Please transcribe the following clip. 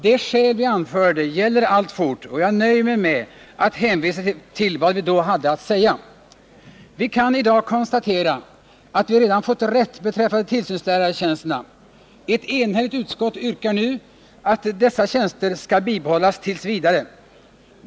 De skäl vi anförde gäller alltfort, och jag nöjer mig med att hänvisa till vad vi då hade att säga. Vi kan i dag konstatera att vi redan fått rätt beträffande tillsynslärartjänsterna. Ett enhälligt utskott yrkar nu att dessa tjänster skall bibehållas tills vidare.